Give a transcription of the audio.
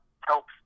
helps